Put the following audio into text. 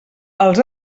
els